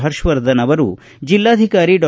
ಪರ್ಷವರ್ಧನ್ ಅವರು ಜಿಲ್ಲಾಧಿಕಾರಿ ಡಾ